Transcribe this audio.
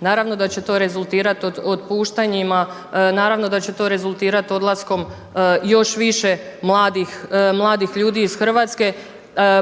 Naravno da će to rezultirati otpuštanjima, naravno da će to rezultirati odlaskom još više mladih ljudi iz Hrvatske.